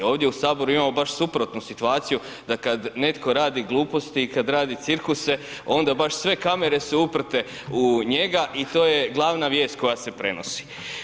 Ovdje u Saboru imamo baš suprotnu situaciju, da kad netko radi gluposti i kad radi cirkuse, onda baš sve kamere su uprte u njega i to je glavna vijest koja se prenosi.